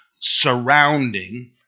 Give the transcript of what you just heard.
surrounding